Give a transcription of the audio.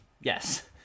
Yes